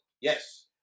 Yes